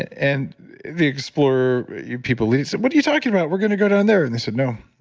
and the explorer people lead, so what are you talking about? we're going to go down there. and they said, no,